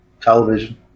television